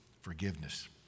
forgiveness